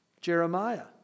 Jeremiah